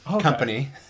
company